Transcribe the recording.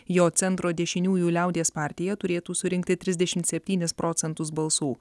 jo centro dešiniųjų liaudies partija turėtų surinkti trisdešimt septynis procentus balsų